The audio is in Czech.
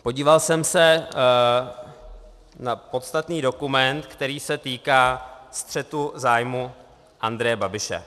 Podíval jsem se na podstatný dokument, který se týká střetu zájmů Andreje Babiše.